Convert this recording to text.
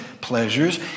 pleasures